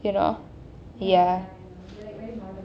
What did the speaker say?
you know ya